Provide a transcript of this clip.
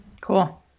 Cool